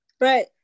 Right